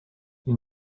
you